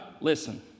Listen